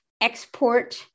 export